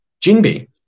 Jinbi